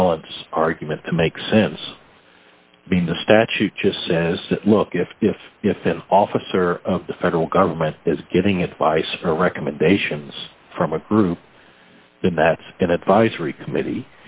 appellant's argument to make sense being the statute just says look if if if an officer of the federal government is giving advice for recommendations from a group then that's an advisory committee